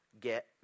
get